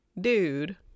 dude